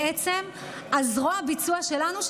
זרוע הביצוע שלנו,